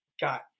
got